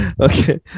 Okay